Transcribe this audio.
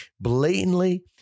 blatantly